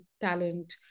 talent